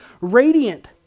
radiant